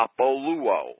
apoluo